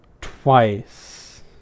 twice